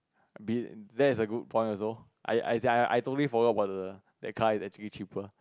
B that is a good point also I I as in I totally forget about the car actually cheaper